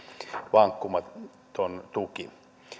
vankkumaton tuki